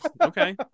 Okay